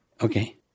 Okay